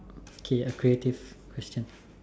K a creative question